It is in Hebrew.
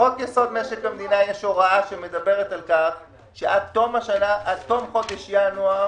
בחוק יסוד: משק המדינה יש הוראה שמדברת על כך שעד תום חודש ינואר